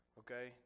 okay